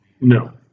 No